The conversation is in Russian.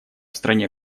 стране